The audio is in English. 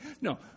No